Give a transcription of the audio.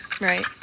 right